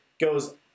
goes